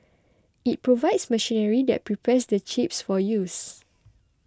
it provides machinery that prepares the chips for use